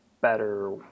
better